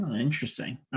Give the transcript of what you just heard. interesting